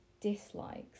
dislikes